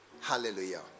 Hallelujah